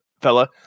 fella